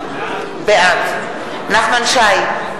בעד נחמן שי,